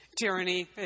tyranny